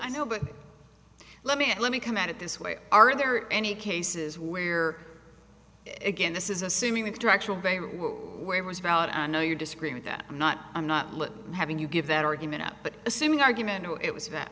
i know but let me let me come at it this way are there any cases where again this is assuming the directional bay where was about i know you disagree with that i'm not i'm not having you give that argument up but assuming argument it was that